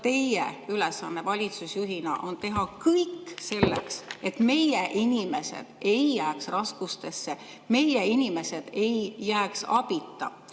teie ülesanne valitsusjuhina on teha kõik selleks, et meie inimesed ei jääks raskustesse, et meie inimesed ei jääks abita?